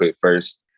first